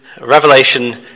Revelation